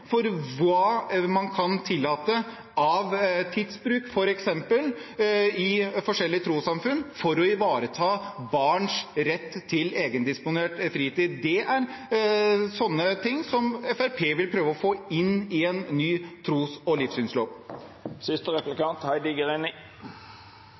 for hva man kan tillate av f.eks. tidsbruk i forskjellige trossamfunn, for å ivareta barns rett til egendisponert fritid. Det er sånne ting Fremskrittspartiet vil prøve å få inn i en ny tros- og livssynslov.